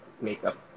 makeup